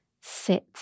sit